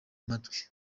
amatwi